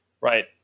right